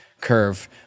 curve